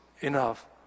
enough